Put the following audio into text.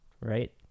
right